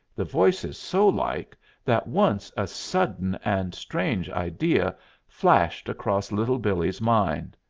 the voice is so like that once a sudden and strange idea flashed across little billee's mind.